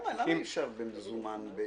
למה לשלם במזומן?